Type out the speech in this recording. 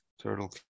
Turtle